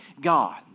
God